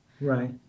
Right